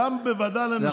גם בוועדה למעמד האישה,